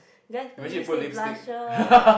then I just put lipstick blusher